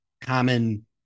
common